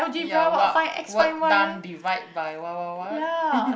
ya what what done divide by what what what